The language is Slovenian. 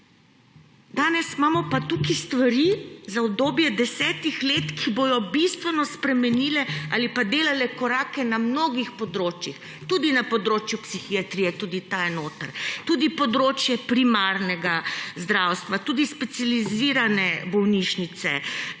Danes imamo pa tukaj stvari za obdobje desetih let, ki bodo bistveno spremenile ali pa delale korake na mnogih področjih, tudi na področju psihiatrije, tudi ta je notri. Tudi področje primarnega zdravstva, tudi specializirane bolnišnice,